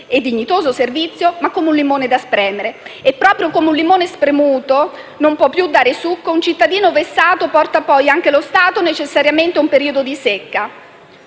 e dignitoso servizio, ma come un limone da spremere. E, proprio come un limone spremuto non può più dare succo: un cittadino vessato porta poi anche lo Stato necessariamente a un periodo di secca.